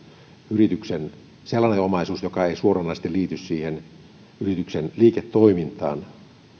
yrityksen sellainen omaisuus joka ei suoranaisesti liity yrityksen liiketoimintaan